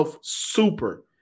super